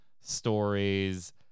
stories